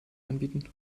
anbieten